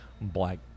black